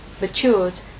matured